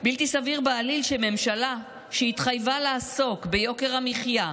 בלתי סביר בעליל שממשלה שהתחייבה לעסוק ביוקר המחיה,